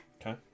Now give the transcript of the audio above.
Okay